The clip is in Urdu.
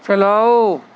چلاؤ